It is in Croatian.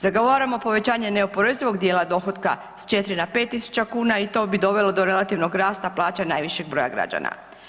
Zagovaramo povećanje neoporezivog dijela dohotka sa 4 na 5000 kuna i to bi dovelo do relativnog rasta plaća najvišeg broja građana.